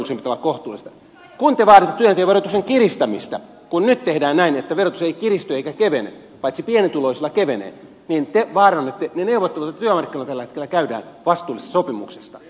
kun te vaaditte työnteon verotuksen kiristämistä kun nyt tehdään näin että verotus ei kiristy eikä kevene paitsi pienituloisilla kevenee niin te vaarannatte ne neuvottelut joita työmarkkinoilla tällä hetkellä käydään vastuullisesta sopimuksesta